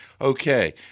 Okay